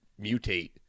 mutate